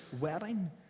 wedding